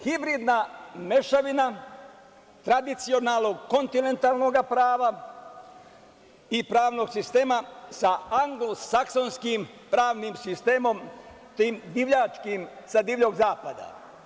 Hibridna mešavina tradicionalnog kontinentalnog prava i pravnog sistema sa anglosaksonskim pravnim sistemom, tim divljačkim sa Divljeg zapada.